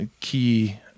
key